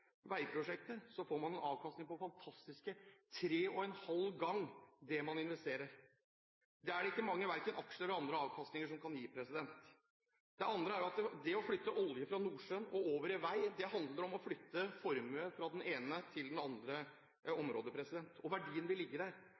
veiprosjekter, så får man en avkastning på fantastiske tre og en halv gang det man investerer. Det er det ikke mange verken aksjer eller andre investeringer som kan gi. Det andre er at det å flytte olje fra Nordsjøen og over i vei, handler om å flytte formue fra det ene til det andre området. Verdiene vil ligge der, til kommende generasjoners glede. I tillegg vet vi at motorvei og